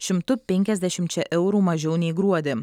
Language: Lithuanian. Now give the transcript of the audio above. šimtu penkiasdešimčia eurų mažiau nei gruodį